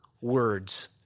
words